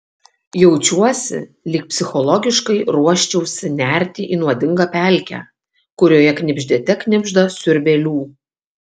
jaučiuosi lyg psichologiškai ruoščiausi nerti į nuodingą pelkę kurioje knibždėte knibžda siurbėlių